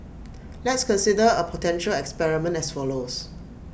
let's consider A potential experiment as follows